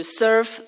serve